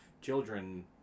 children